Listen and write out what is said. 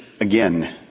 again